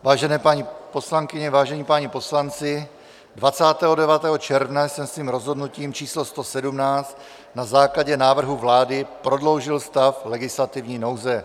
Vážené paní poslankyně, vážení páni poslanci, 29. června jsem svým rozhodnutím číslo 117 na základě návrhu vlády prodloužil stav legislativní nouze.